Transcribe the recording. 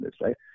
right